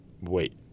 Wait